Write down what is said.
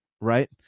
Right